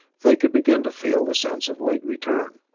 they could begin to feel the sense of weight return.